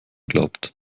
glaubt